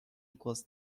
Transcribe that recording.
equals